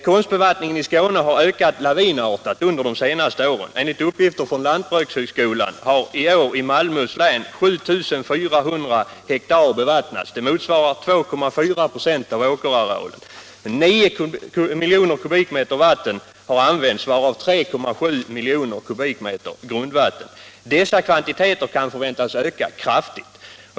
Konstbevattningen i Skåne har ökat lavinartat under de senaste åren. Enligt uppgifter från lantbrukshögskolan har i år i Malmöhus län 7 400 ha bevattnats. Det motsvarar 2,4 26 av åkerarealen. 9 miljoner m? vatten har använts för denna konstbevattning, varav 3,7 miljoner m? grundvatten. Konstbevattningen i jordbruket kan förväntas öka kraftigt.